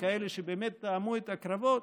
אלה שטעמו את הקרבות,